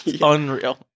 unreal